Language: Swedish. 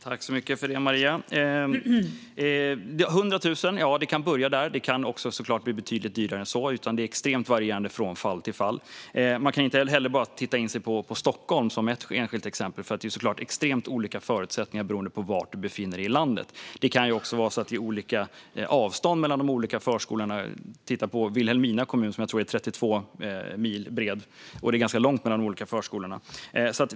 Fru talman! Tack för detta, Maria! Det kan börja vid 100 000. Det kan såklart också bli betydligt dyrare än så. Det är extremt varierande från fall till fall. Man kan heller inte se på bara Stockholm, som är ett enskilt exempel. Förutsättningarna är olika beroende på var man befinner sig i landet. Det kan också handla om olika avstånd mellan förskolorna. Se bara på Vilhelmina kommun, som är, tror jag, 32 mil bred. Det är ganska långt mellan de olika förskolorna.